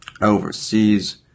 overseas